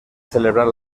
celebrar